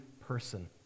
person